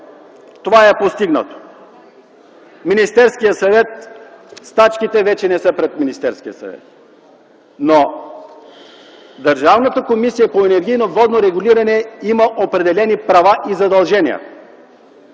Това е постигнато. Стачките вече не са пред Министерския съвет. Но Държавната комисия по енергийно и водно регулиране има определени права и задължения.